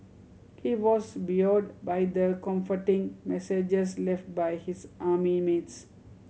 he was buoyed by the comforting messages left by his army mates